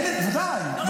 אין, בוודאי.